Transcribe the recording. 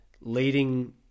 leading